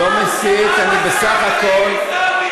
אני לא מסית, אני בסך הכול,